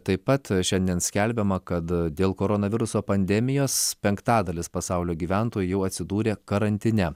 taip pat šiandien skelbiama kad dėl koronaviruso pandemijos penktadalis pasaulio gyventojų jau atsidūrė karantine